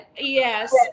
yes